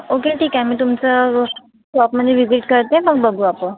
okay ठीक आहे मी तुमचं शॉपमध्ये विजिट करते मग बघू आपण